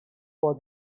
for